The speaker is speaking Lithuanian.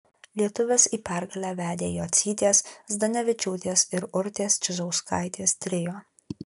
lietuves į pergalę vedė jocytės zdanevičiūtės ir urtės čižauskaitės trio